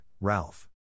Ralph